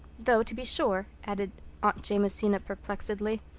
though, to be sure, added aunt jamesina perplexedly,